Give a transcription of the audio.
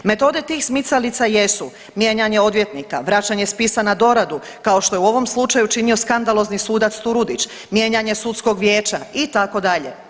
Metode tih smicalica jesu mijenjanje odvjetnika, vraćanje spisa na doradu kao što je u ovom slučaju učinio skandalozni sudac Turudić, mijenjanje sudskog vijeća itd.